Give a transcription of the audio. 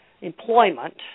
employment